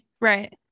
Right